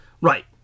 Right